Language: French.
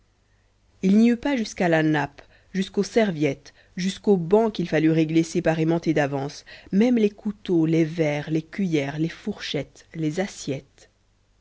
il n'y eut pas jusqu'à la nappe jusqu'aux serviettes jusqu'aux bancs qu'il fallut régler séparément et d'avance même les couteaux les verres les cuillers les fourchettes les assiettes